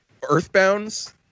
Earthbounds